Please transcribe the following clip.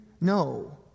No